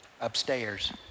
upstairs